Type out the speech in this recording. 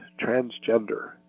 transgender